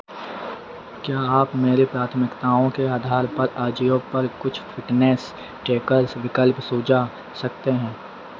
क्या आप मेरी प्राथमिकताओं के आधार पर आजियो पर कुछ फिटनेस ट्रैकर विकल्प सुझा सकते हैं